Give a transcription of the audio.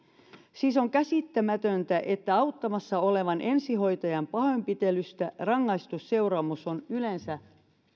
siis on käsittämätöntä että auttamassa olevan ensihoitajan pahoinpitelystä rangaistusseuraamus on yleensä